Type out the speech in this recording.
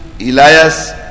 Elias